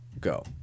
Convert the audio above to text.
go